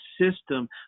system